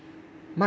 much